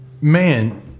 Man